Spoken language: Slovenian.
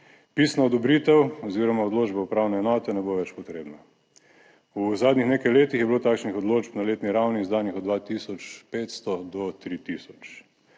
Pisna odobritev oziroma odločba upravne enote ne bo več potrebna. V zadnjih nekaj letih je bilo takšnih odločb na letni ravni izdanih od 2 tisoč 500